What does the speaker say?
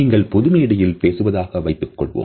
நீங்கள் பொதுமேடையில் பேசுவதாக வைத்துக்கொள்வோம்